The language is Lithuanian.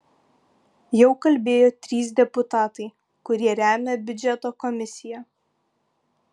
jau kalbėjo trys deputatai kurie remia biudžeto komisiją